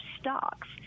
stocks